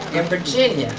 in virginia, the